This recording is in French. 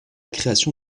création